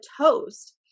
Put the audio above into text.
toast